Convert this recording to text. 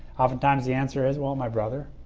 often-times the answer is, well, my brother,